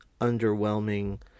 underwhelming